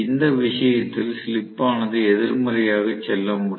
இந்த விஷயத்தில் ஸ்லிப் ஆனது எதிர்மறையாக செல்ல முடியும்